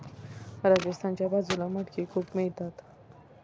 राजस्थानच्या बाजूला मटकी खूप मिळतात